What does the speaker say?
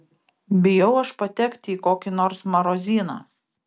bijau aš patekto į kokį nors marozyną